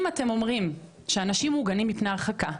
אם אתם אומרים שאנשים מוגנים מפני הרחקה,